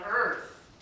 Earth